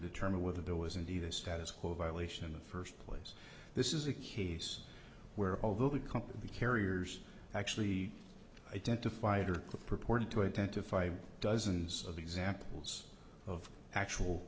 determine whether there was indeed a status quo violation in the first place this is a case where although the company the carriers actually identified or reported to identify dozens of examples of actual